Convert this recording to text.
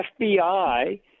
FBI